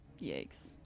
Yikes